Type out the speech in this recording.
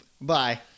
Bye